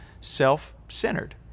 self-centered